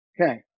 Okay